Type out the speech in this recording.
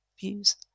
views